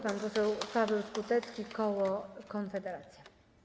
Pan poseł Paweł Skutecki, koło Konfederacja.